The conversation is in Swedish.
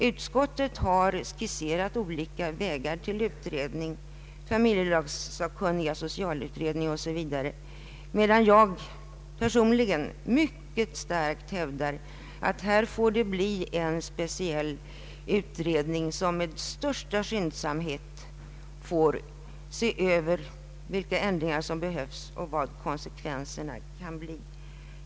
Utskottet har skisserat olika vägar till utredning, nämligen inom socialutredningen, inom =<:familjelagssakkunniga osv... medan jag personligen mycket starkt hävdar att det måste tillsättas en speciell utredning som med största skyndsamhet bör se över vilka ändringar som behövs och vilka konsekvenser de kan föra med sig.